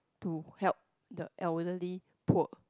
to help the elderly poor